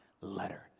letter